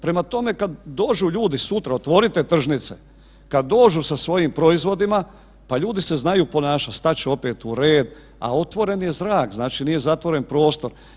Prema tome, kada dođu ljudi sutra otvorite tržnice, kada dođu sa svojim proizvodima pa ljudi se znaju ponašat, stat će opet u red, a otvoren je zrak znači nije zatvoren prostor.